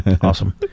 Awesome